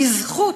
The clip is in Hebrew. בזכות,